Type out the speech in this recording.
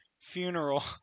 funeral